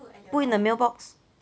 put in the mailbox